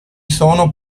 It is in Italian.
sono